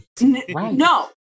no